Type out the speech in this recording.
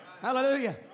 Hallelujah